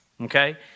Okay